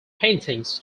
paintings